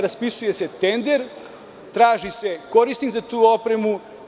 Raspisuje se tender, traži se korisnik za tu opremu.